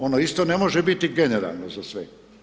Ono isto ne može biti generalno za sve.